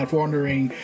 wondering